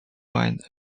being